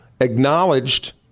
acknowledged